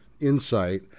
insight